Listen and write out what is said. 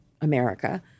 America—